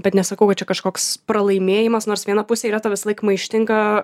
bet nesakau va čia kažkoks pralaimėjimas nors viena pusė yra ta visąlaik maištinga